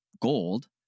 gold